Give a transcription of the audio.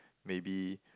maybe